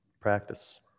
Practice